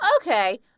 okay